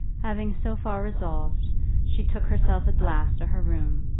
having so far resolved she took herself at last to her room,